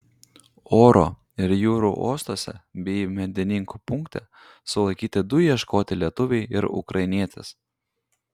oro ir jūrų uostuose bei medininkų punkte sulaikyti du ieškoti lietuviai ir ukrainietis